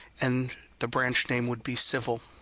and the branch name would be civil.